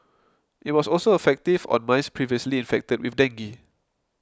it was also effective on mice previously infected with dengue